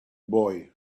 boy